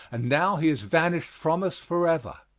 and now he has vanished from us forever.